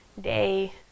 day